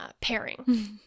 pairing